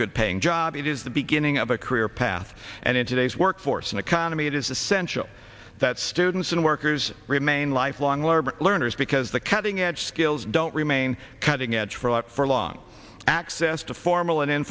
good paying job it is the beginning of a career path and in today's work force and economy it is essential that students and workers remain lifelong learners learners because the cutting edge skills don't remain cutting edge for a lot for long access to formal and in